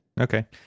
Okay